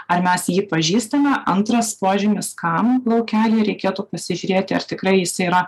ar mes jį pažįstame antras požymis kam laukely reikėtų pasižiūrėti tikrai jis yra